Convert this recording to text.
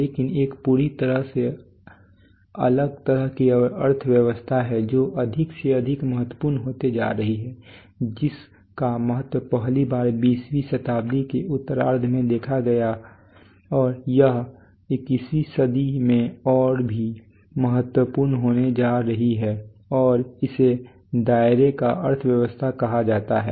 लेकिन एक पूरी तरह से अलग तरह की अर्थव्यवस्था है जो अधिक से अधिक महत्वपूर्ण होती जा रही है जिस का महत्व पहली बार 20 वीं शताब्दी के उत्तरार्ध में देखा गया और यह 21 वीं सदी में और भी महत्वपूर्ण होने जा रही है और इसे दायरा का अर्थव्यवस्था कहा जाता है